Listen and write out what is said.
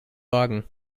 wagen